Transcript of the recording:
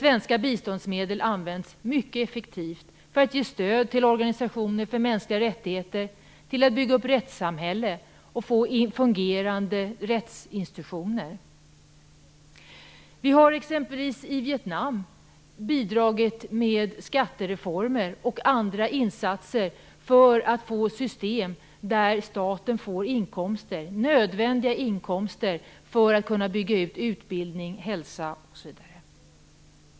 Svenska biståndsmedel används mycket effektivt för att ge stöd till organisationer för mänskliga rättigheter, till att bygga upp ett rättssamhälle och till att få fungerande rättsinstitutioner. I Vietnam har vi t.ex. bidragit med skattereformer och andra insatser för att få system där staten får inkomster som är nödvändiga för att kunna bygga ut utbildning, hälsa osv.